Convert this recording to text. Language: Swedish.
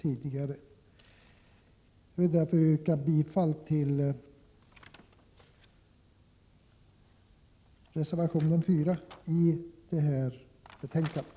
Jag yrkar bifall till reservation 4 i detta betänkande.